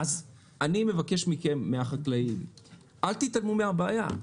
לכן אני מבקש מכם, החקלאים, לא להתעלם מהבעיה.